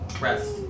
Rest